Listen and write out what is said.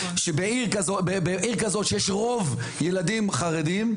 שבעיר כזאת שיש רוב ילדים חרדים,